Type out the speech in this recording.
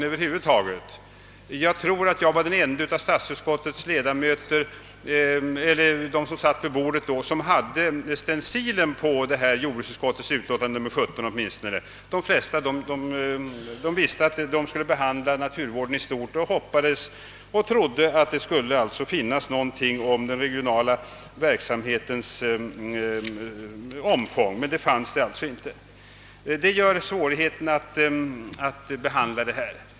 Jag tror att av dem som satt vid bordet i statsutskottet var jag den ende som åtminstone hade stencilen på jordbruksutskottets utlåtande nr 17, De flesta visste att det utskottet skulle behandla naturvården i stort och hoppades och trodde att i dess utlåtande skulle finnas med någonting om den regionala verksamhetens omfång, men det gjorde det inte. Detta gör det svårt att nu behandla denna fråga.